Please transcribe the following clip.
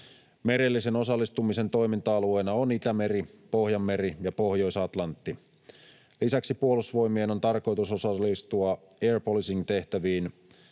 Merellisen osallistumisen toiminta-alueena on Itämeri, Pohjanmeri ja Pohjois-Atlantti. Lisäksi Puolustusvoimien on tarkoitus osallistua air policing -tehtäviin